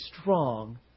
strong